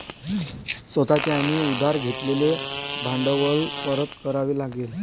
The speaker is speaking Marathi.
स्वतः चे आणि उधार घेतलेले भांडवल परत करावे लागेल